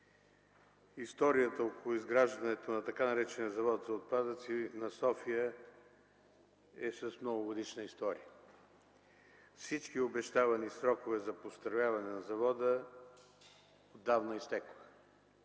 Историята около изграждането на така наречения Завод за отпадъци на София е с многогодишна история. Всички обещавани срокове за построяване на завода отдавна изтекоха.